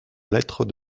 lettre